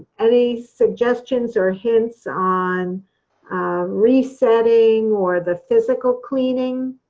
any suggestions or hints on resetting or the physical cleaning